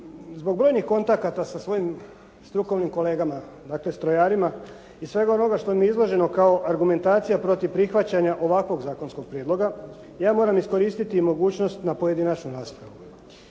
zbog brojnih kontakata sa svojim strukovnim kolegama dakle strojarima i svega onoga što mi je izloženo kao argumentacija protiv prihvaćanja ovakvog zakonskog prijedloga ja moram iskoristiti mogućnost na pojedinačnu raspravu.